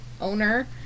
owner